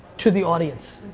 to the audience,